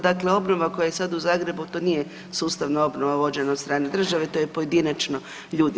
Dakle, obnova koja je sad u Zagrebu to nije sustavna obnova vođena od strane države, to je pojedinačno ljudi.